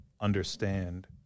understand